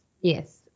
Yes